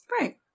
Right